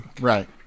Right